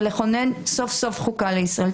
ולכונן סוף-סוף חוקה לישראל.